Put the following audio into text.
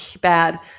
Bad